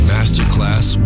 Masterclass